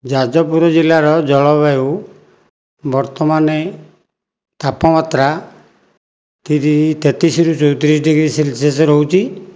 ଯାଜପୁର ଜିଲ୍ଲାର ଜଳବାୟୁ ବର୍ତ୍ତମାନେ ତାପମାତ୍ରା ତେତିଶିରୁ ଚଉତିରିଶ ଡିଗ୍ରୀ ସେଲସିୟସ୍ ରହୁଛି